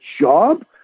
job